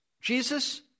Jesus